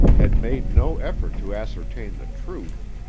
had made no effort to ascertain the truth,